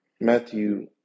Matthew